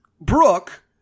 Brooke